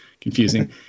confusing